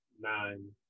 nine